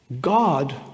God